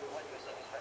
no I mean